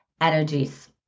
energies